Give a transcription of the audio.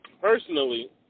personally